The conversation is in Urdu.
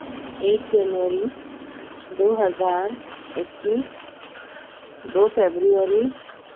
ایک جنوری دو ہزار اکیس دو فبروری